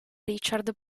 richard